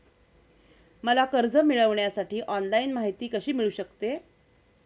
मला कर्ज मिळविण्यासाठी ऑनलाइन माहिती कशी मिळू शकते?